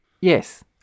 Yes